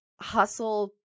hustle